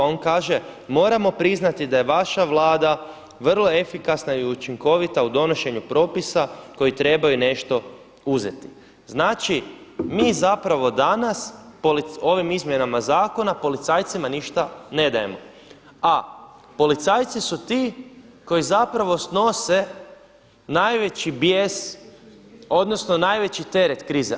On kaže: „Moramo priznati da je vaša Vlada vrlo efikasna i učinkovita u donošenju propisa koji trebaju nešto uzeti.“ Znači mi zapravo danas ovim izmjenama zakona policajcima ništa ne dajemo, a policajci su ti koji snose najveći bijes, odnosno najveći teret krize.